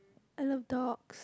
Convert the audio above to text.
I love dogs